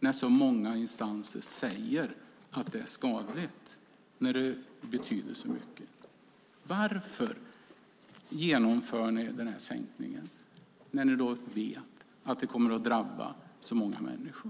när så många instanser säger att det är skadligt? Varför genomför ni sänkningen när ni vet att det kommer att drabba så många människor?